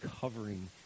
covering